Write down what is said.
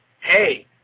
hey